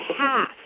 half